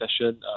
session